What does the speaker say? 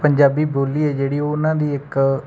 ਪੰਜਾਬੀ ਬੋਲੀ ਹੈ ਜਿਹੜੀ ਉਨ੍ਹਾਂ ਦੀ ਇੱਕ